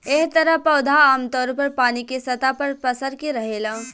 एह तरह पौधा आमतौर पर पानी के सतह पर पसर के रहेला